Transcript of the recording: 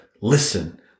listen